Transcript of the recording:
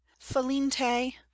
felinte